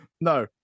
No